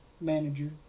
manager